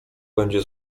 będzie